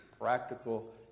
practical